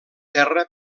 terra